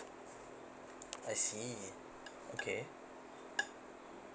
I see okay